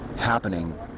happening